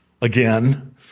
again